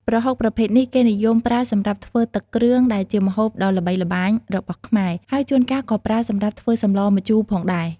ប្រហុកប្រភេទនេះ គេនិយមប្រើសម្រាប់ ធ្វើទឹកគ្រឿង ដែលជាម្ហូបដ៏ល្បីល្បាញរបស់ខ្មែរ ហើយជួនកាលក៏ប្រើសម្រាប់ធ្វើសម្លម្ជូរផងដែរ។